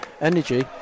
energy